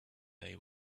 they